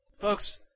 Folks